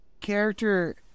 character